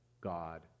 God